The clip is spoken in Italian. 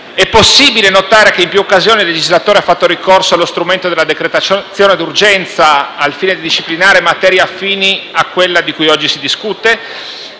è possibile notare che in più occasioni il legislatore ha fatto ricorso allo strumento della decretazione d'urgenza al fine di disciplinare materie affini a quella di cui oggi si discute.